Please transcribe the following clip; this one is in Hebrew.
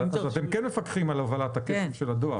אז אתם כן מפקחים על הובלת הכסף של הדואר.